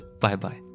Bye-bye